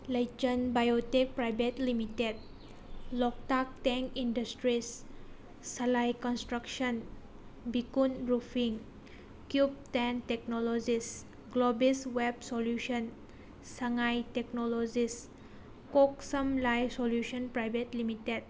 Leichan biotech private limited Loktak ꯇꯦꯡ industries Salai construction beacon ꯂꯨꯐꯤꯡ ꯀ꯭ꯌꯨꯞ ꯇꯦꯡ technologies Globis web solution Sangai technologies K S L solution private limited